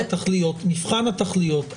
התכליות, מבחן התכליות.